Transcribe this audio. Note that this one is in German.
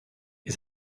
ihr